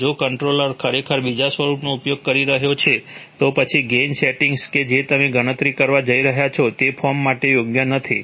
અને જો કંટ્રોલર ખરેખર બીજા સ્વરૂપનો ઉપયોગ કરી રહ્યો છે તો પછી ગેઇન સેટિંગ્સ કે જે તમે ગણતરી કરવા જઇ રહ્યા છો તે ફોર્મ માટે યોગ્ય નથી